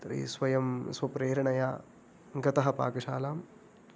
तर्हि स्वयं स्वप्रेरणया गतः पाकशालां